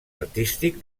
artístic